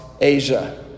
Asia